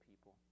people